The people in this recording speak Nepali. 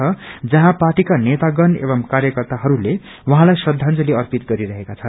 छ जहाँ पार्टीका नेतागण एवं कार्यकर्ताहरूले उहाँलाई श्रदाजंली अर्पित गरिरहेका छन्